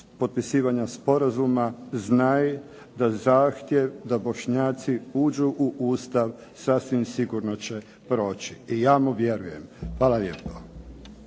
potpisivanja sporazuma znaj da zahtjev da Bošnjaci uđu u Ustav sasvim sigurno će proći i ja mu vjerujem. Hvala lijepo.